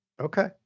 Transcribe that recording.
Okay